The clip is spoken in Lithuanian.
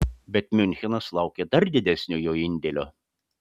bet miunchenas laukia dar didesnio jo indėlio